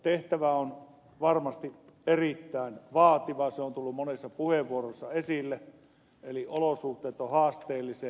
tehtävä on varmasti erittäin vaativa se on tullut monissa puheenvuoroissa esille eli olosuhteet ovat haasteelliset